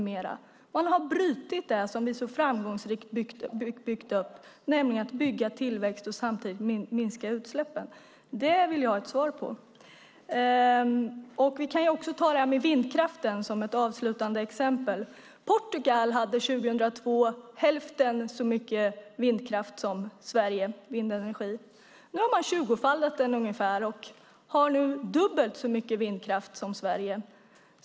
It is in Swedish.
Man har brutit det som vi så framgångsrikt byggt upp, nämligen att öka tillväxten men samtidigt minska utsläppen. Det vill jag ha ett svar på. Jag kan ta vindkraften som ett avslutande exempel. Portugal hade 2002 hälften så mycket vindkraft som Sverige. Nu har man tjugofaldigat den och har dubbelt så mycket vindkraft som Sverige.